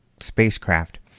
spacecraft